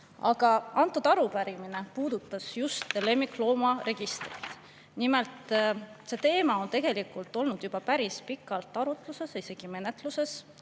Aga arupärimine puudutab just lemmikloomaregistrit. Nimelt, see teema on tegelikult olnud juba päris pikalt arutlusel, isegi menetluses